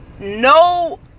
No